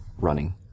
running